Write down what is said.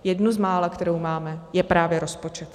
Jednu z mála, kterou máme, je právě rozpočet.